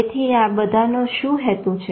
તેથી આ બધાનો શું હેતુ છે